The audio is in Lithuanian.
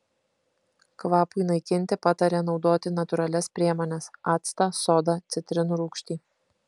kvapui naikinti patarė naudoti natūralias priemones actą sodą citrinų rūgštį